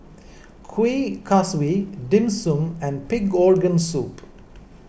Kuih Kaswi Dim Sum and Pig Organ Soup